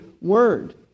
word